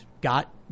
got